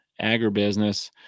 agribusiness